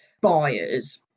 buyers